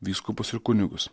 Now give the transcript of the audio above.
vyskupus ir kunigus